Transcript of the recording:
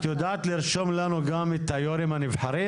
יודעת לרשום לנו גם את יושבי הראש הנבחרים,